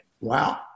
Wow